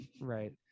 Right